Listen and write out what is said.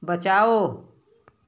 बचाओ